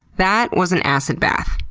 that was an acid bath.